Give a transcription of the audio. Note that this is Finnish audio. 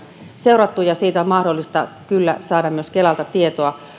seurattu ja siitä on mahdollista kyllä saada myös kelalta tietoa